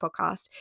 podcast